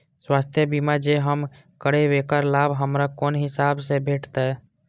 स्वास्थ्य बीमा जे हम करेब ऐकर लाभ हमरा कोन हिसाब से भेटतै?